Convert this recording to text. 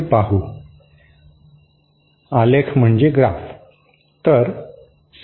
आता signal flow आलेख पद्धत काय आहे ते पाहू